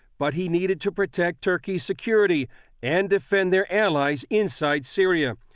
but he needed to protect turkey's security and defend their allies inside syria.